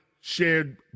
shared